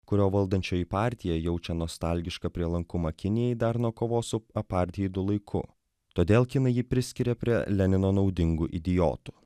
kurio valdančioji partija jaučia nostalgišką prielankumą kinijai dar nuo kovos su apartheidu laikų todėl kinai jį priskiria prie lenino naudingų idiotų